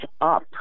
up